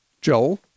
Joel